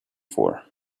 for